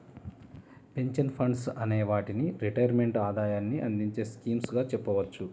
pension funds అనే వాటిని retirement ఆదాయాన్ని అందించే స్కీమ్స్ గా చెప్పవచ్చు